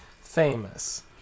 famous